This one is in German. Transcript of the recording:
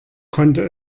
konnte